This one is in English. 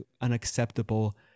unacceptable